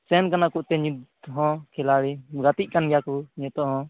ᱥᱮᱱ ᱟᱠᱟᱱᱟ ᱠᱚ ᱮᱱᱛᱮᱫ ᱱᱤᱛ ᱦᱚᱸ ᱠᱷᱤᱞᱟᱲᱤ ᱜᱟᱛᱮᱜ ᱠᱟᱱ ᱜᱮᱭᱟ ᱠᱚ ᱱᱤᱛᱚᱜ ᱦᱚᱸ